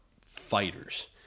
fighters